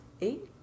eight